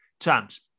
chance